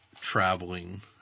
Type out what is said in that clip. traveling